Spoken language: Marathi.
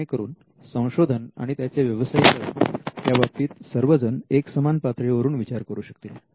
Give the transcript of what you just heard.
जेणेकरून संशोधन आणि त्याचे व्यवसायीकरण याबाबतीत सर्वजण एकसमान पातळीवरून विचार करू शकतील